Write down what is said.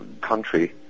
country